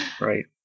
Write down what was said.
Right